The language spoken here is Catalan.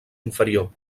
inferior